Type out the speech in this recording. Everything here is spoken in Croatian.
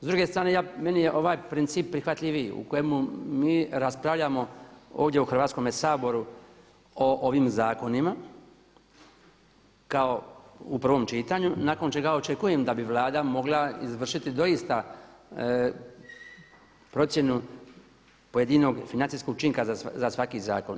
S druge strane meni je ovaj princip prihvatljiviji u kojemu mi raspravljamo ovdje u Hrvatskome saboru o ovim zakonima kao u prvom čitanju nakon čega očekujem da bi Vlada mogla izvršiti doista procjenu pojedinog financijskog učinka za svaki zakon.